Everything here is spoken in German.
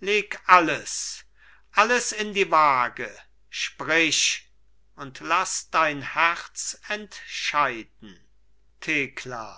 leg alles alles in die waage sprich und laß dein herz entscheiden thekla